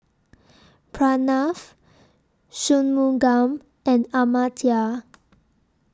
Pranav Shunmugam and Amartya